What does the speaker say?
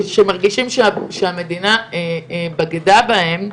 שמרגישים שהמדינה בגדה בהם.